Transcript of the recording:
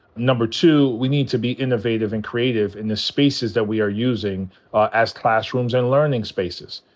number two, we need to be innovative and creative in the spaces that we are using as classrooms and learning spaces.